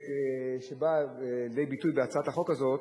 שבא לידי ביטוי בהצעת החוק הזאת,